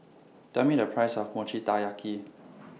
Tell Me The Price of Mochi Taiyaki